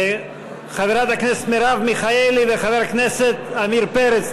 חברת הכנסת מרב מיכאלי וחבר הכנסת עמיר פרץ.